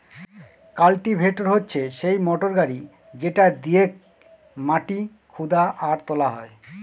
cultivator হচ্ছে সেই motor গাড়ি যেটা দিয়েক মাটি খুদা আর তোলা হয়